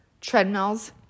treadmills